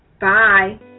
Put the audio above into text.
Bye